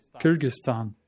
Kyrgyzstan